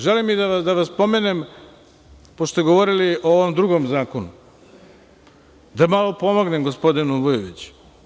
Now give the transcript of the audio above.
Želim i da spomenem, pošto smo govorili i ovom drugom zakonu, da malo pomognem gospodinu Vujoviću.